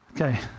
Okay